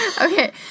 Okay